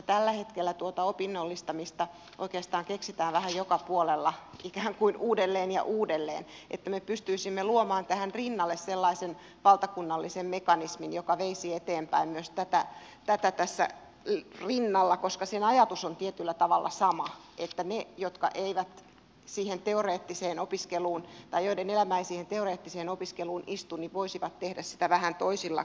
tällä hetkellä tuota opinnollistamista oikeastaan keksitään vähän joka puolella ikään kuin uudelleen ja uudelleen ja me pystyisimme luomaan tähän rinnalle sellaisen valtakunnallisen mekanismin joka veisi eteenpäin myös tätä tässä rinnalla koska sen ajatus on tietyllä tavalla sama että ne jotka eivät siihen teoreettiseen opiskeluun tai joiden elämä ei teoreettiseen opiskeluun istu voisivat tehdä sitä vähän toisilla keinoin